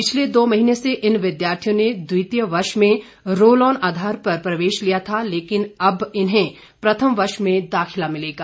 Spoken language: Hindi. पिछले दो महीने से इन विद्यार्थियों ने द्वितीय वर्ष में रोलऑन आधार पर प्रवेश लिया था लेकिन अब इन्हें प्रथम वर्ष में दाखिला मिलेगा